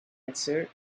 answered